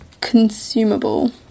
consumable